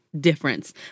difference